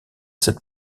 cette